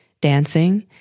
dancing